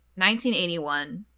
1981